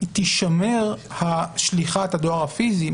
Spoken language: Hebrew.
תישמר שליחת הדואר הפיזי,